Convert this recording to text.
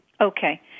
Okay